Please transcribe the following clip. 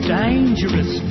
dangerous